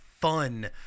fun